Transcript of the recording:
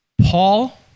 Paul